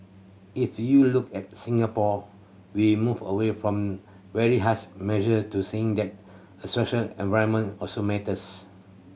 if you look at Singapore we moved away from very harsh measure to saying that the social environment also matters